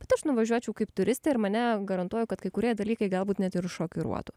bet aš nuvažiuočiau kaip turistė ir mane garantuoju kad kai kurie dalykai galbūt net ir šokiruotų